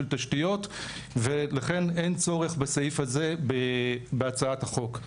תשתיות ולכן אין צורך בסעיף הזה בהצעת החוק.